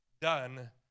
done